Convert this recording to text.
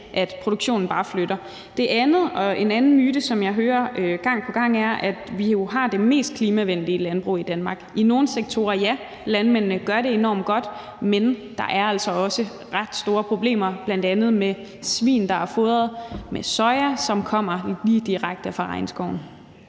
at produktionen bare flytter. Den anden myte, som jeg hører gang på gang, er, at vi jo i Danmark har det mest klimavenlige landbrug. I nogle sektorer, ja – landmændene gør det enormt godt. Men der er altså også ret store problemer, bl.a. med svin, der er fodret med soja, som kommer lige direkte fra regnskoven.